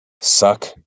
Suck